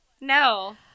No